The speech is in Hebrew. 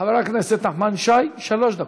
חבר הכנסת נחמן שי, שלוש דקות.